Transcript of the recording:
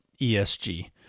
ESG